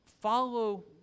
follow